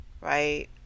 right